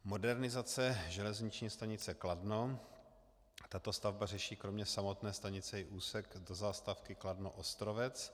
Modernizace železniční stanice Kladno, tato stavba řeší kromě samotné stanice i úsek do zastávky KladnoOstrovec.